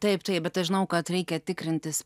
taip taip bet aš žinau kad reikia tikrintis